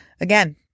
Again